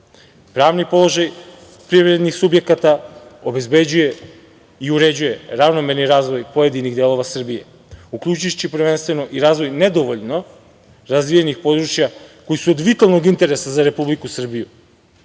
pravni položaj privrednih subjekata, obezbeđuje i uređuje ravnomerni razvoj pojedinih delova Srbije uključujući prvenstveno i razvoj nedovoljno razvijenih područja koji su od vitalnog interesa za Republiku Srbiju